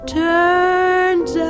turns